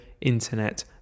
internet